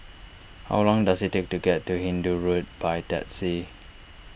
how long does it take to get to Hindoo Road by taxi